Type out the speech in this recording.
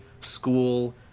school